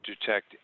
detect